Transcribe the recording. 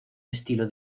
estilo